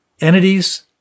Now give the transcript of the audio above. entities